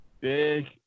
big